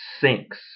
sinks